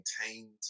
maintained